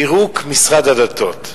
פירוק משרד הדתות.